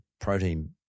protein